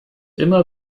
immer